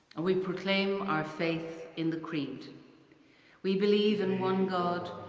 and we proclaim our faith in the creed we believe in one god,